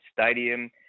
Stadium